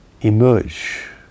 emerge